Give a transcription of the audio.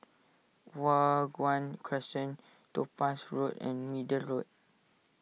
Hua Guan Crescent Topaz Road and Middle Road